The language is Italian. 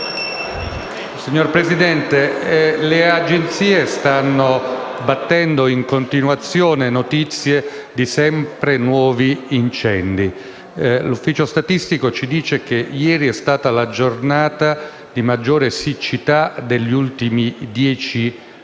Signor Presidente, le agenzie di stampa stanno battendo in continuazione notizie di sempre nuovi incendi. L'Ufficio statistico ci dice che ieri è stata la giornata di maggiore siccità degli ultimi dieci anni.